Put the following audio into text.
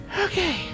Okay